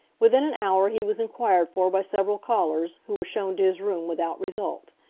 within an hour he was enquired for by several callers, who were shown to his room without result.